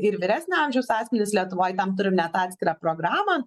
ir vyresnio amžiaus asmenys lietuvoj tam turi net atskirą programą